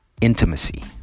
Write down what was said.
Intimacy